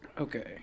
Okay